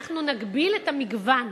אנחנו נגביל את המגוון.